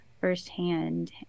firsthand